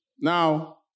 Now